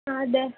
ആ അതെ